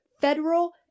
federal